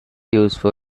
useful